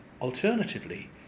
Alternatively